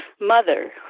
mother